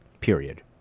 Period